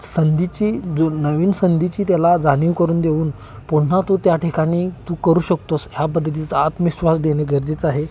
संधीची जो नवीन संधीची त्याला जाणीव करून देऊन पुन्हा तू त्या ठिकाणी तू करू शकतोस ह्या पद्धतीचा आत्मविश्वास देणे गरजेचं आहे